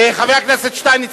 חבר הכנסת שטייניץ,